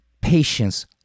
patience